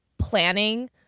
planning